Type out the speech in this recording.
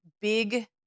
big